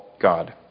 God